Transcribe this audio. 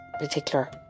particular